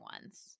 ones